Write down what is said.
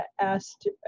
asked